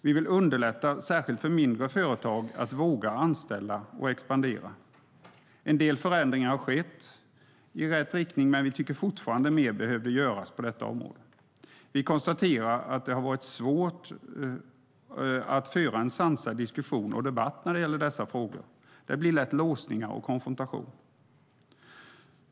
Vi vill underlätta särskilt för mindre företag att våga anställa och expandera. En del förändringar har skett i rätt riktning, men vi tycker fortfarande att mer behöver göras på detta område. Vi konstaterar att det har varit svårt att föra en sansad diskussion och debatt när det gäller dessa frågor. Det blir lätt låsningar och konfrontation.